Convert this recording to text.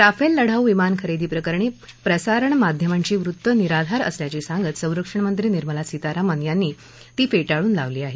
Rafale लढाऊ विमान खरेदीप्रकरणी प्रसारणमाध्यमांची वृत्त निराधार असल्याचं सांगत संरक्षणमंत्री निर्मला सीतारामन यांनी ती फेटाळून लावली आहेत